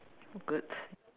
good